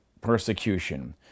persecution